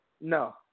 No